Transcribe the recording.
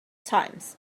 times